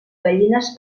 gallines